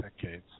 decades